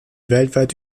weltweit